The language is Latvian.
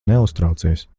neuztraucies